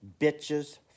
Bitches